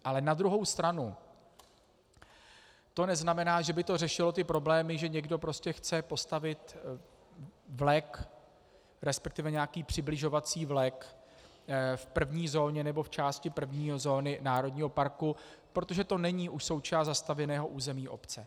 Ale na druhou stranu to neznamená, že by to řešilo ty problémy, že někdo prostě chce postavit vlek, resp. nějaký přibližovací vlek v první zóně nebo v části první zóny národního parku, protože to už není součást zastavěného území obce.